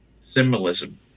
symbolism